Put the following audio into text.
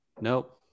Nope